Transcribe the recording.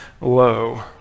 low